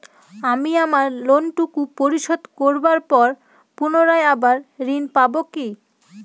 আমি আমার লোন টুকু পরিশোধ করবার পর পুনরায় আবার ঋণ পাবো কি?